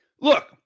look